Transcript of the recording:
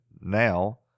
now